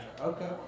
okay